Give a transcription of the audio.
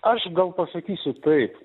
aš gal pasakysiu taip